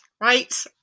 right